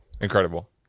Incredible